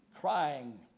crying